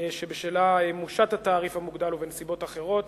שבשלה מושת התעריף המוגדל ובנסיבות אחרות.